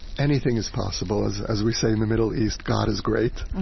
anything is possible. as as we say in the middle east, god is great.